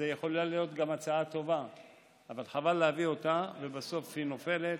זאת יכולה להיות הצעה טובה אבל חבל להביא אותה ובסוף היא נופלת,